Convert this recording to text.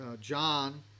John